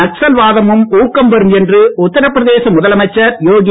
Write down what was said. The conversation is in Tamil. நக்சல்வாதமும் ஊக்கம்பெறும் என்று உத்தரப்பிரதேச முதலமைச்சர் யோகி